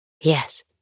Yes